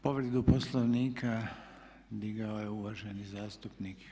Povredu Poslovnika dignuo je uvaženi zastupnik